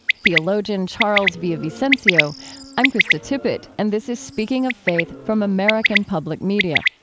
theologian charles villa-vicencio i'm krista tippett, and this is speaking of faithfrom american public media.